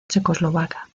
checoslovaca